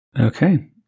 Okay